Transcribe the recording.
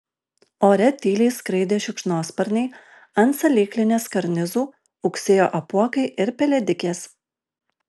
ore tyliai skraidė šikšnosparniai ant salyklinės karnizų ūksėjo apuokai ir pelėdikės